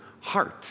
heart